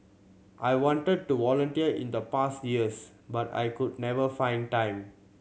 I wanted to volunteer in the past years but I could never find time